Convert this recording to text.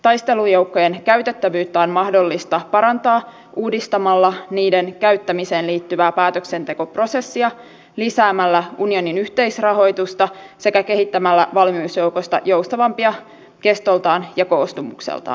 taistelujoukkojen käytettävyyttä on mahdollista parantaa uudistamalla niiden käyttämiseen liittyvää päätöksentekoprosessia lisäämällä unionin yhteisrahoitusta sekä kehittämällä valmiusjoukoista joustavampia kestoltaan ja koostumukseltaan